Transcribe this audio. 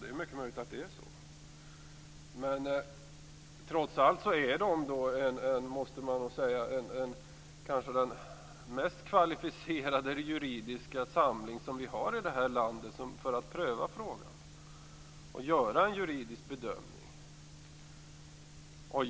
Det är mycket möjligt att det är så, men Lagrådet är trots allt den mest kvalificerade juridiska församling som vi har i vårt land för att göra en juridisk bedömning av denna fråga.